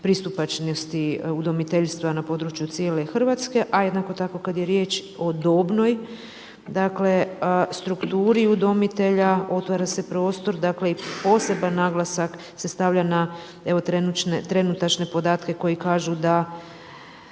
pristupačnosti udomiteljstva na području cijele Hrvatske. A jednako tako kada je riječ o dobnoj strukturi udomitelji, otvara se prostor dakle, poseban naglasak se stavlja na trenutačne podatke, koji kažu da